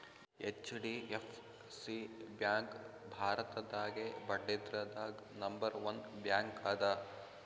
HDFC bank ಭಾರತದಾಗೇ ಬಡ್ಡಿದ್ರದಾಗ್ number one bank ಅದ